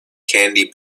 candy